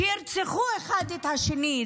שירצחו אחד את השני,